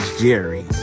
Jerry